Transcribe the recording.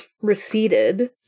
receded